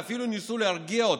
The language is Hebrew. ואפילו ניסו להרגיע אותם.